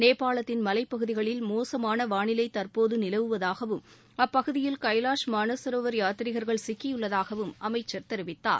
நேபாளத்தின் மலைப்பகுதிகளில் மோசமான வானிலை தற்போது நிலவுவதாகவும் அப்பகுதியில் கைலாஷ் மானசரோவர் யாத்ரீகர்கள் சிக்கியுள்ளதாகவும் அமைச்சர் தெரிவித்தார்